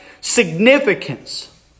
significance